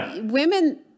women